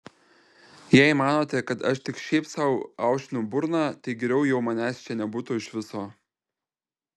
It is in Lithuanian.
jei manote kad aš tik šiaip sau aušinu burną tai geriau jau manęs čia nebūtų iš viso